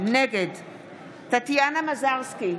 נגד טטיאנה מזרסקי,